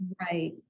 Right